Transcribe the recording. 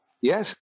Yes